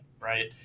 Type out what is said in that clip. right